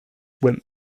went